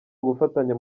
ugufatanya